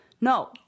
No